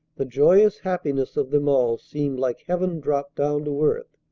the joyous happiness of them all seemed like heaven dropped down to earth.